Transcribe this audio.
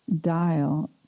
dial